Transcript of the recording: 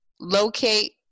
locate